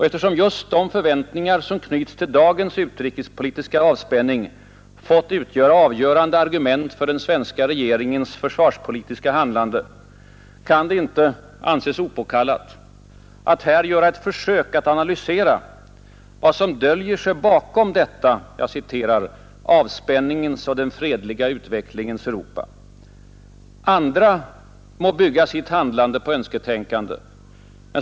Eftersom just de förväntningar som knyts till dagens utrikespolitiska avspänning fått utgöra avgörande argument för den svenska regeringens försvarspolitiska handlande, kan det inte anses opåkallat att här göra ett försök att analysera vad som döljer sig bakom detta ”avspänningens och den fredliga utvecklingens Europa”. Andra må bygga sitt handlande på önsketänkande.